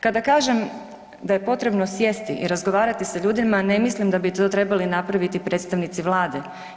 Kada kažem da je potrebno sjesti i razgovarati sa ljudima ne mislim da bi to trebali napraviti predstavnici vlade.